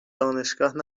دانشگاه